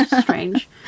Strange